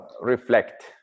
reflect